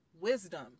Wisdom